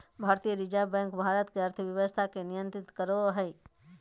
भारतीय reserve bank Bharat के अर्थव्यवस्था के नियन्त्रित करो हइ